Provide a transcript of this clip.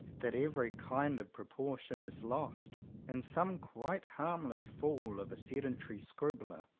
that every kind of proportion is lost and some quite harmless fool of a sedentary scribbler,